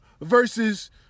Versus